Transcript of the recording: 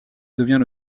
devient